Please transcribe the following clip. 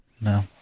No